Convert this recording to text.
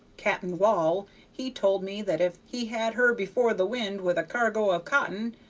cap'n wall he told me that if he had her before the wind with a cargo of cotton,